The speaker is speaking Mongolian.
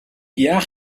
яах